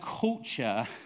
culture